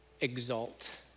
exalt